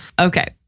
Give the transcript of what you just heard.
okay